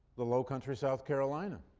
the low country, south carolina.